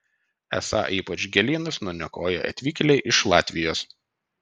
esą ypač gėlynus nuniokoja atvykėliai iš latvijos